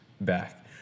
back